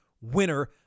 winner